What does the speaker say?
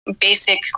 basic